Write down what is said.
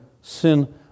sin